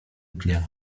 dnia